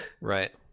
right